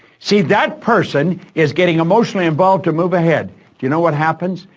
see, that person is getting emotionally involved to move ahead. do you know what happens?